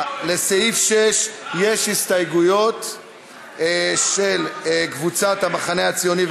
לסעיף 6 יש הסתייגויות של קבוצת סיעת המחנה הציוני,